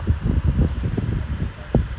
I think at that time